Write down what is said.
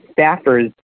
staffers